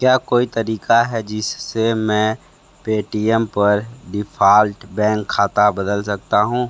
क्या कोई तरीका है जिससे मैं पेटीएम पर डिफ़ॉल्ट बैंक खाता बदल सकता हूँ